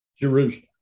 jerusalem